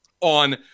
on